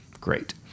great